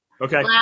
Okay